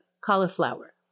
cauliflower